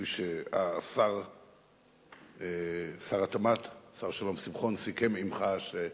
וכפי ששר התמ"ת, השר שלום שמחון, סיכם עמך או